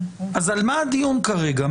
אז על מה הדיון כרגע?